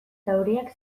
zauriak